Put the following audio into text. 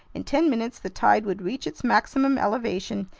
in ten minutes the tide would reach its maximum elevation,